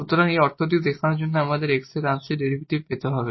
সুতরাং এই অর্থটি দেখানোর জন্য আমাদের x এর সাথে আংশিক ডেরিভেটিভ পেতে হবে